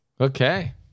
Okay